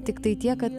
tiktai tiek kad